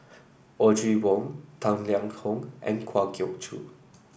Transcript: Audrey Wong Tang Liang Hong and Kwa Geok Choo